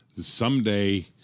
someday